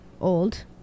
old